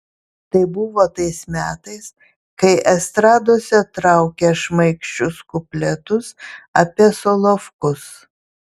tai buvo tais metais kai estradose traukė šmaikščius kupletus apie solovkus